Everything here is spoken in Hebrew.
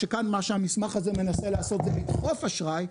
שכאן מה שהמסמך הזה מנסה לעשות זה לדחוף אשראי,